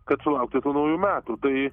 kad sulaukti tų naujų metų tai